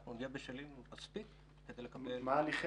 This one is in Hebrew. אנחנו נהיה בשלים מספיק כדי לקבל --- מה הליכי